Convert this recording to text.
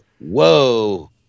whoa